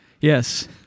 Yes